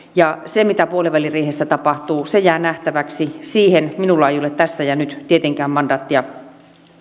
aikaa tehdä se mitä puoliväliriihessä tapahtuu jää nähtäväksi siihen minulla ei ole tässä ja nyt tietenkään mandaattia mitään